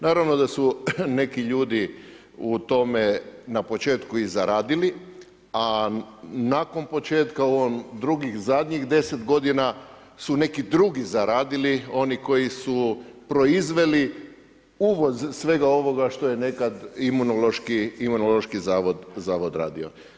Naravno da su neki ljudi u tome na početku i zaradili, a nakon početka u ovih drugih zadnjih 10 godina su neki drugi zaradili, oni koji su proizveli uvoz svega ovoga što je nekad Imunološki zavod radio.